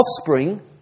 offspring